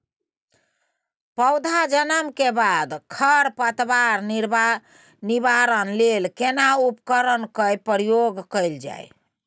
पौधा जन्म के बाद खर पतवार निवारण लेल केना उपकरण कय प्रयोग कैल जाय?